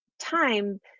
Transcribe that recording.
time